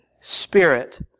spirit